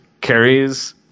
carries